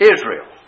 Israel